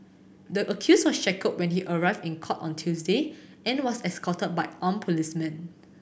the accused was shackled when he arrived in court on Tuesday and was escorted by armed policemen